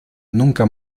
nunca